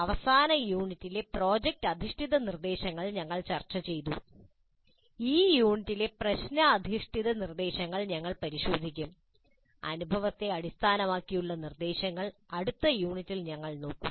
അവസാന യൂണിറ്റിലെ പ്രോജക്റ്റ് അധിഷ്ഠിത നിർദ്ദേശങ്ങൾ ഞങ്ങൾ ചർച്ചചെയ്തു ഈ യൂണിറ്റിലെ പ്രശ്ന അധിഷ്ഠിത നിർദ്ദേശങ്ങൾ ഞങ്ങൾ പരിശോധിക്കും അനുഭവത്തെ അടിസ്ഥാനമാക്കിയുള്ള നിർദ്ദേശങ്ങൾ അടുത്ത യൂണിറ്റിൽ ഞങ്ങൾ ഇത് നോക്കും